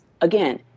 again